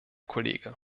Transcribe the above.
kollege